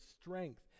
strength